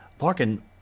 Larkin